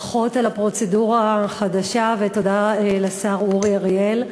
ברכות על הפרוצדורה החדשה, ותודה לשר אורי אריאל.